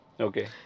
Okay